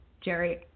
Jerry